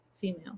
female